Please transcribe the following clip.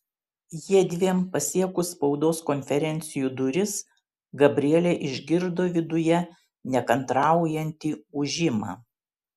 jiedviem pasiekus spaudos konferencijų salės duris gabrielė išgirdo viduje nekantraujantį ūžimą